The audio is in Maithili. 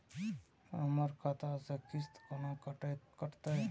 हमर खाता से किस्त कोना कटतै?